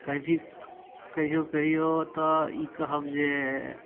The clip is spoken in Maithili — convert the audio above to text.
कभी कहिओ कहिओ तऽ ई कहब जे